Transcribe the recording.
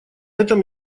этом